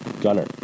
Gunner